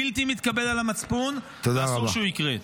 בלתי מתקבל על המצפון, ואסור שהוא יקרה.